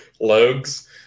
Logs